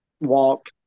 walk